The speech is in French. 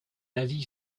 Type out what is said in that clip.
avis